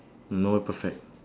no one perfect